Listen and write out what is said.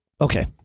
Okay